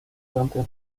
francia